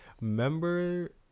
remember